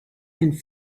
and